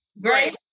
great